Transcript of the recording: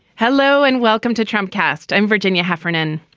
hello and welcome to trump cast. i'm virginia heffernan.